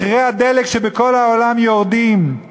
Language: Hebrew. מחירי הדלק שבכל העולם יורדים,